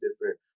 different